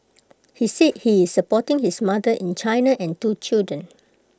he said he is supporting his mother in China and two children